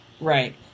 Right